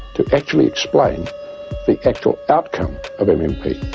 to actually explain the actual outcome of mmp,